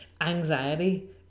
anxiety